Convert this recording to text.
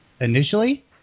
Initially